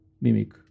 mimic